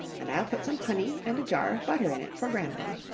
and i'll put some honey and a jar of butter in it for grandma.